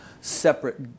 separate